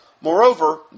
Moreover